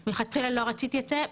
מלכתחילה לא רציתי את זה.